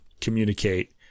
communicate